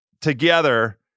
together